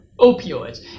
opioids